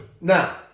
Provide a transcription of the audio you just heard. now